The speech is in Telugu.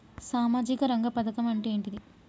సామాజిక రంగ పథకం అంటే ఏంటిది?